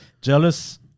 jealous